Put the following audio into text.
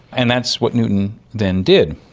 and that's what newton then did.